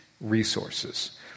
resources